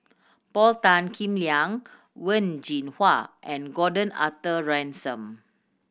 Paul Tan Kim Liang Wen Jinhua and Gordon Arthur Ransome